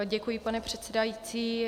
Děkuji, pane předsedající.